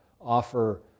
offer